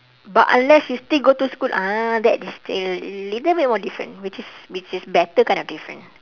but unless you still go school ah that is still a little bit more different which is which is better kind of different